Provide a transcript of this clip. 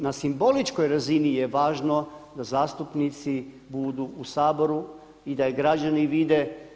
Na simboličkoj razini je važno da zastupnici budu u Saboru i da i građani vide.